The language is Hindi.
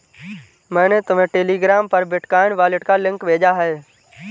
मैंने तुम्हें टेलीग्राम पर बिटकॉइन वॉलेट का लिंक भेजा है